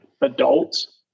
adults